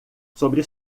sobre